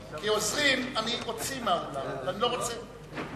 כי עוזרים אני אוציא מהאולם ואני לא רוצה.